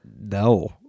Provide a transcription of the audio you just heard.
No